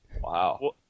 wow